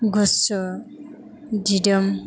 गुसु दिदोम